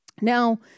Now